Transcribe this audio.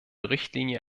richtlinie